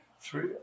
three